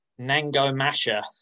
Nangomasha